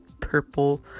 Purple